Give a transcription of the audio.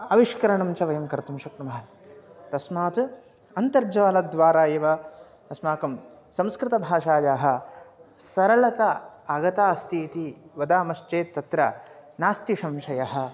आविष्करणं च वयं कर्तुं शक्नुमः तस्मात् अन्तर्जालद्वारा एव अस्माकं संस्कृतभाषायाः सरलता आगता अस्ति इति वदामश्चेत् तत्र नास्ति संशयः